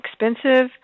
expensive